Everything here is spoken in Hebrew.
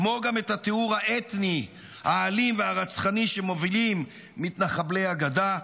כמו גם את הטיהור האתני האלים והרצחני שמובילים מתנחבלי הגדה,